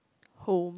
home